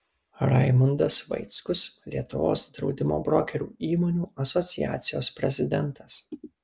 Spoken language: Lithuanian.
raimundas vaickus lietuvos draudimo brokerių įmonių asociacijos prezidentas